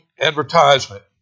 advertisement